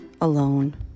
alone